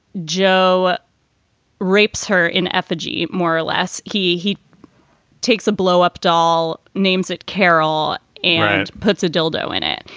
joe rapes her in effigy more or less. he he takes a blow up doll, names it, carol, and puts a dildo in it.